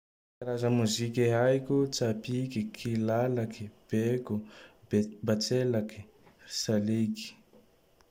Karaza moziky haiko: tsapiky, kilalaky, beko, batrelake, salegy.